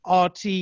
RT